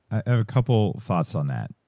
a couple thoughts on that.